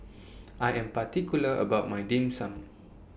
I Am particular about My Dim Sum